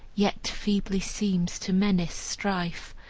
yet feebly seems to menace strife,